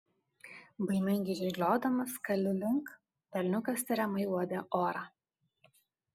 baimingai žirgliodamas kali link elniukas tiriamai uodė orą